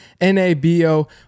nabo